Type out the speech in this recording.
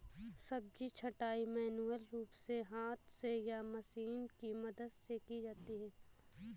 सब्जी छँटाई मैन्युअल रूप से हाथ से या मशीनों की मदद से की जाती है